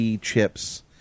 chips